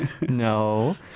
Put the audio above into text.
No